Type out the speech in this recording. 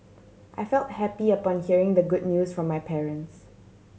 I felt happy upon hearing the good news from my parents